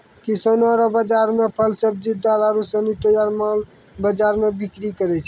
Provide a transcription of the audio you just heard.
किसानो रो बाजार मे फल, सब्जी, दाल आरू सनी तैयार माल बाजार मे बिक्री करै छै